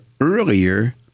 earlier